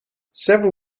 several